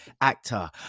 actor